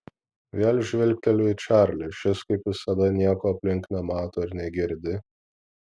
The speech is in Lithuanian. vėl žvilgteliu į čarlį šis kaip visada nieko aplink nemato ir negirdi